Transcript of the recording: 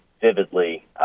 vividly